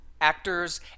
actors